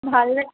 ভালনে